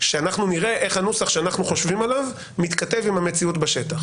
שנראה איך הנוסח שאנחנו חושבים עליו מתכתב עם המציאות בשטח.